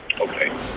Okay